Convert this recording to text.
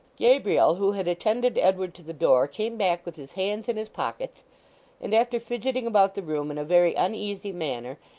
gabriel, who had attended edward to the door, came back with his hands in his pockets and, after fidgeting about the room in a very uneasy manner,